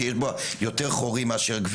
שיש בו יותר חורים מאשר גבינה.